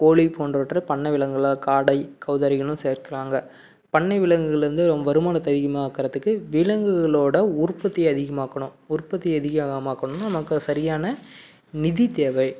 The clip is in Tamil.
கோழி போன்றவற்றை பண்ணை விலங்குகளாக காடை கௌதாரிகளும் சேர்க்கிறாங்க பண்ணை விலங்குகள்லேருந்து வரும் வருமானத்தை அதிகமாக ஆக்கிறத்துக்கு விலங்குகளோட உற்பத்தியை அதிகமாக்கணும் உற்பத்தியை அதிகமாக்கணும்னா நமக்கு அது சரியான நிதி தேவை